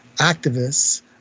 activists